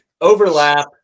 overlap